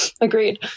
agreed